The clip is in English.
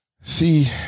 see